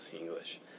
English